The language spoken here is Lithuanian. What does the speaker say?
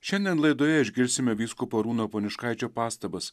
šiandien laidoje išgirsime vyskupo arūno poniškaičio pastabas